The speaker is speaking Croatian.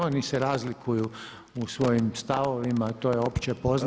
Oni se razlikuju u svojim stavovima to je opće poznato.